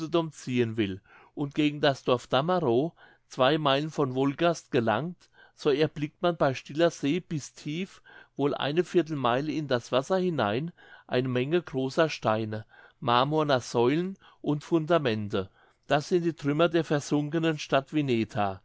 ziehen will und gegen das dorf damerow zwei meilen von wolgast gelangt so erblickt man bei stiller see bis tief wohl eine viertelmeile in das wasser hinein eine menge großer steine marmorner säulen und fundamente das sind die trümmer der versunkenen stadt wineta